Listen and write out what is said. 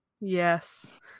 Yes